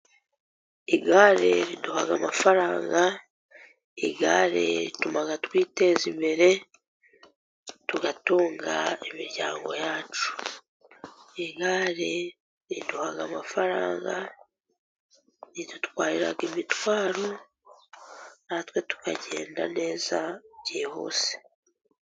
Igare riduha amafaranga, igare rituma twiteza imbere, tugatunga imiryango yacu. Igare riduha amafaranga, ridutwarira imitwaro, natwe tukagenda neza byihuse.